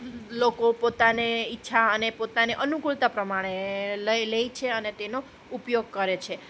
લોકો પોતાને ઈચ્છા અને પોતાને અનુકૂળતા પ્રમાણે લઈ લે છે અને તેનો ઉપયોગ કરે છે